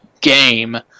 game